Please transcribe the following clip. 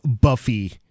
Buffy